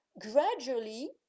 gradually